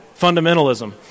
Fundamentalism